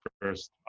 first